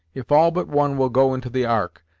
if all but one will go into the ark,